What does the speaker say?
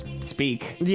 Speak